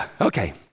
Okay